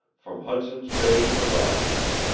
from hudson's bay to the rockies,